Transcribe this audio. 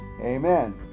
Amen